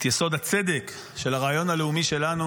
את יסוד הצדק של הרעיון הלאומי שלנו.